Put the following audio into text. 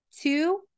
two